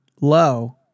low